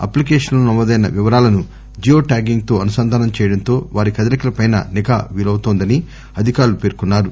application లో నమోదైన వివరాలను జియో ట్యాగింగ్ తో అనుసంధానం చేయటంతో వారి కదలికలపై నిఘా వీలవుతోందని ఉన్నతాధికారులు పేర్కొన్నారు